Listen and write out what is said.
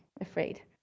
afraid